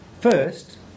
First